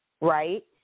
right